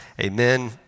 amen